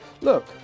look